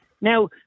Now